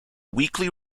weekly